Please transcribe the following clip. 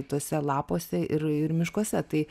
tuose lapuose ir ir miškuose tai